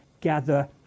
gather